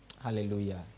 Hallelujah